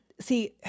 see